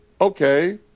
okay